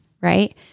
right